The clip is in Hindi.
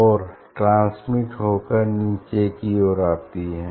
और ट्रांसमिट होकर नीचे की ओर आती है